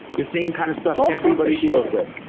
the same kind of stuff everybody deals with.